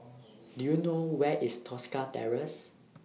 Do YOU know Where IS Tosca Terrace